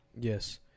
yes